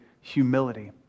humility